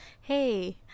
hey